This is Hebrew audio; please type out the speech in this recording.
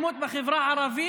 הקמתי ועדה מיוחדת.